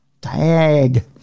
Tag